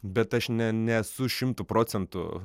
bet aš ne nesu šimtu procentų